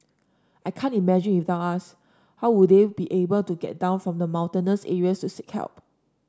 I can't imagine without us how they would be able to get down from the mountainous areas to seek help